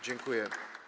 Dziękuję.